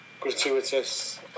gratuitous